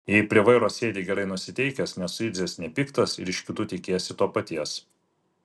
jei prie vairo sėdi gerai nusiteikęs nesuirzęs nepiktas ir iš kitų tikiesi to paties